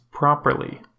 properly